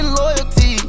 loyalty